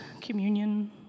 communion